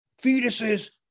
fetuses